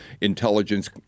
intelligence